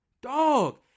Dog